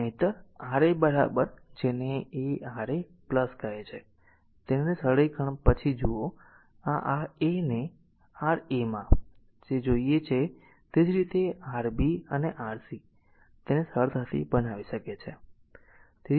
નહિંતર રા આર જેને a R a કહે છે તેને સરળીકરણ પછી જુઓ આ a ને R a માં a જે રીતે જોઈએ છે તે જ રીતે r R b અને Rc તેને સરળતાથી બનાવી શકે છે